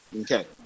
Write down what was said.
Okay